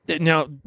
now